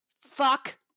fuck